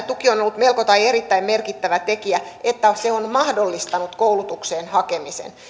tuki on ollut melko tai erittäin merkittävä tekijä että se on mahdollistanut koulutukseen hakemisen